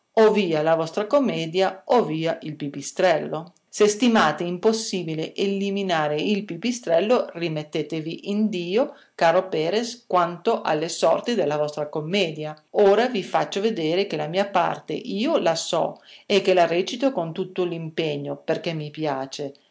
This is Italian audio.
o via la vostra commedia o via il pipistrello se stimate impossibile eliminare il pipistrello rimettetevi in dio caro perres quanto alle sorti della vostra commedia ora vi faccio vedere che la mia parte io la so e che la recito con tutto l'impegno perché mi piace